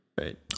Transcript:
right